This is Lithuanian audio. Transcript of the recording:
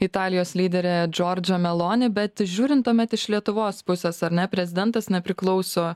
italijos lyderė džordža meloni bet žiūrint tuomet iš lietuvos pusės ar ne prezidentas nepriklauso